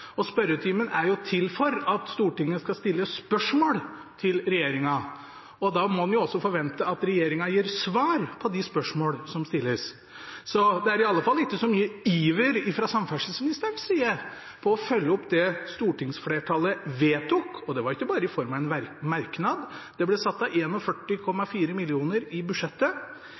Spørretimen er til for at Stortinget skal stille spørsmål til regjeringen, og da må en også forvente at regjeringen gir svar på de spørsmål som stilles. Så det er iallfall ikke så mye iver fra samferdselsministerens side etter å følge opp det stortingsflertallet vedtok – og det var ikke bare i form av en merknad; det ble satt av 41,4 mill. kr i budsjettet